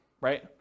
right